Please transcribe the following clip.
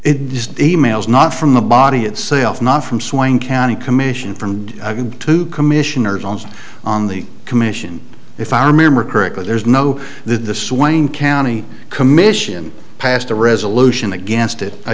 it just e mails not from the body itself not from swing county commission from two commissioners on on the commission if i remember correctly there's no that the swing county commission passed a resolution against it a